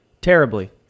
Terribly